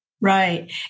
Right